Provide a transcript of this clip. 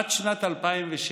עד שנת 2006